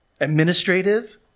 administrative